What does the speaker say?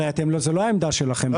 זאת לא העמדה שלכם.